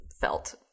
felt